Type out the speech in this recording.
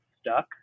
stuck